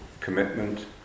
commitment